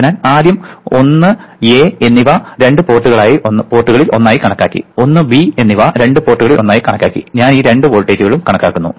അതിനാൽ ആദ്യം 1 A എന്നിവ രണ്ട് പോർട്ടുകളിൽ ഒന്നായി കണക്കാക്കി 1 B എന്നിവ രണ്ട് പോർട്ടുകളിൽ ഒന്നായി കണക്കാക്കി ഞാൻ ഈ രണ്ട് വോൾട്ടേജുകളും കണക്കാക്കുന്നു